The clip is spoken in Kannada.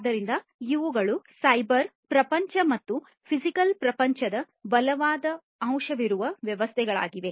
ಆದ್ದರಿಂದ ಇವುಗಳು ಸೈಬರ್ ಪ್ರಪಂಚ ಮತ್ತು ಫಿಸಿಕಲ್ ಪ್ರಪಂಚದ ಬಲವಾದ ಅಂಶವಿರುವ ವ್ಯವಸ್ಥೆಗಳಾಗಿವೆ